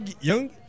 young